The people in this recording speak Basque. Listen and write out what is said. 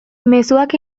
mezuak